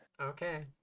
Okay